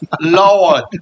lord